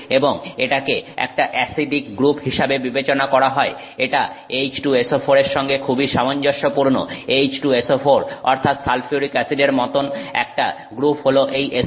এবং এটাকে একটা অ্যাসিডিক গ্রুপ হিসাবে বিবেচনা করা হয় এটা H2SO4 এর সঙ্গে খুবই সামঞ্জস্যপূর্ণ H2SO4 অর্থাৎ সালফিউরিক অ্যাসিডের মতন একটা গ্রুপ হলো এই SO3H